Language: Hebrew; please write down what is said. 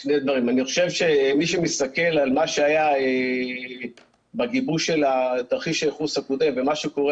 אני חושב שמי שמסתכל על מה שהיה בגיבוש של תרחיש הייחוס הקודם ומה שקורה